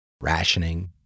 rationing